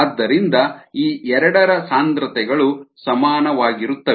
ಆದ್ದರಿಂದ ಈ ಎರಡರ ಸಾಂದ್ರತೆಗಳು ಸಮಾನವಾಗಿರುತ್ತವೆ